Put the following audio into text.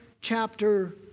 chapter